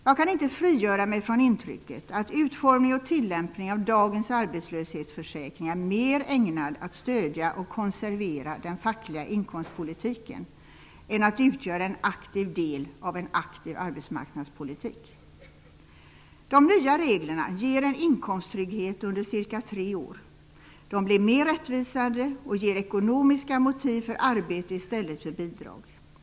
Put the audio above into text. Jag kan inte frigöra mig från intrycket att utformningen och tillämpningen av dagens arbetslöshetsförsäkring är mer ägnad att stödja och konservera den fackliga inkomstpolitiken än att utgöra en aktiv del av en aktiv arbetsmarknadspolitik. De nya reglerna ger en inkomsttrygghet under cirka tre år. De blir mer rättvisande och ger ekonomiska motiv för arbete i stället för bidrag.